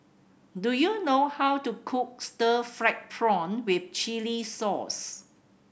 do you know how to cook stir fried prawn with chili sauce